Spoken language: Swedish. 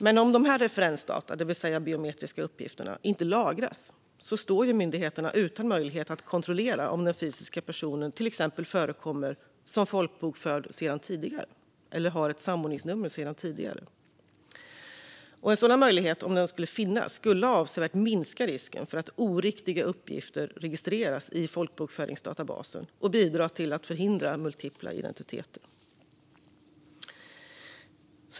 Men om referensdata, det vill säga biometriska uppgifter, inte lagras står myndigheterna utan möjlighet att kontrollera om den fysiska personen till exempel förekommer som folkbokförd eller har ett samordningsnummer sedan tidigare. En sådan möjlighet, om den skulle finnas, skulle avsevärt minska risken för att oriktiga uppgifter registreras i folkbokföringsdatabasen och bidra till att förhindra multipla identiteter.